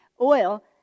oil